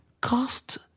Cost